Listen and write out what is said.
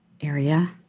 area